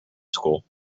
school